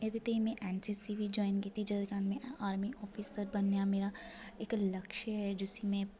एह्दे ताहीं में N C C B join कीती जेह्दे ताहीं में आर्मी अफसर बनने आं इक लक्ष्य ऐ जिसी में